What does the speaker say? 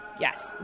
yes